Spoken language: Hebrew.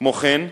כמו כן,